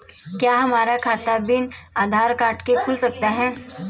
क्या हमारा खाता बिना आधार कार्ड के खुल सकता है?